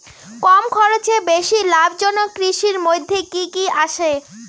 কম খরচে বেশি লাভজনক কৃষির মইধ্যে কি কি আসে?